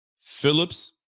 Phillips